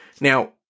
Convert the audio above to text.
Now